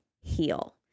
heal